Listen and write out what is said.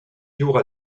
jours